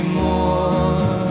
more